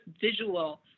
visual